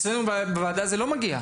לוועדה.